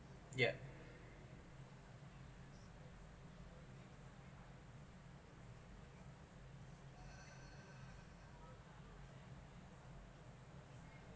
yeah